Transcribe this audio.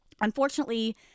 Unfortunately